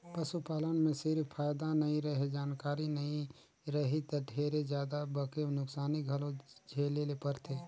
पसू पालन में सिरिफ फायदा नइ रहें, जानकारी नइ रही त ढेरे जादा बके नुकसानी घलो झेले ले परथे